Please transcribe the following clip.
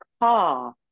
car